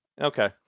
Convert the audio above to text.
okay